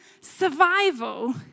survival